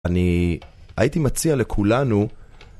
אני הייתי מציע לכולנו...